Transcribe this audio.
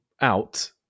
out